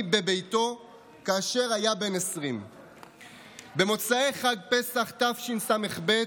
בביתו כאשר היה בן 20. במוצאי חג פסח תשס"ב,